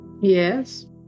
Yes